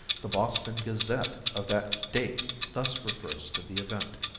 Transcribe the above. the boston gazette of that date thus refers to the event